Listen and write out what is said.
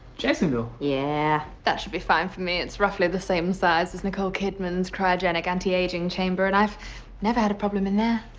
jacksonville. yeah. that should be fine for me. it's roughly the same size as nicole kidman's cryogenic anti-aging chamber. and i've never had a problem in there.